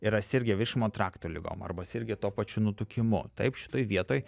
yra sirgę virškinimo trakto ligom arba sirgę tuo pačiu nutukimu taip šitoj vietoj